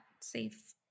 safe